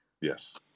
yes